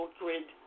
grid